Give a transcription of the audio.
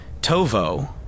Tovo